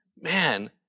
Man